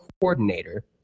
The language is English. coordinator